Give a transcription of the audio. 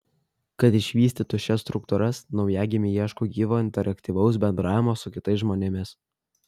kad išvystytų šias struktūras naujagimiai ieško gyvo interaktyvaus bendravimo su kitais žmonėmis